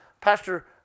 Pastor